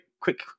quick